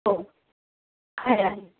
हो आहे आहे